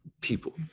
people